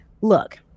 Look